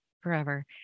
forever